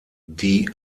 die